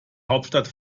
hauptstadt